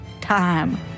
time